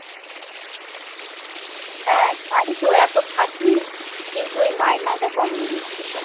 হ্যাঁ তাই তো এত খাটনি কিন্তু এই মাইনেটা কম দিচ্ছে সব